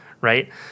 Right